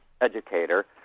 educator